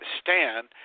stand